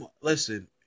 listen